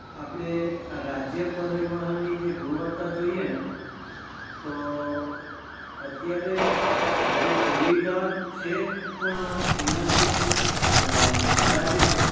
આપણે આ રાજ્ય પરિવહનની જે ગુણવત્તા જોઈએ તો અત્યારે બધી સુવિધા છે ક પણ એના જે ભાડા જે છે